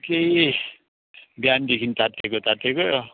केही बिहानदेखिन् तात्तिएको तात्तिएकै हो